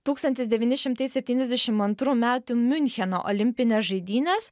tūkstantis devyni šimtai septyniasdešim antrų metų miuncheno olimpines žaidynes